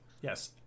Yes